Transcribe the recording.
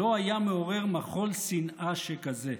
לא היה מעורר מחול שנאה שכזה.